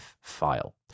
file